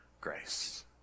grace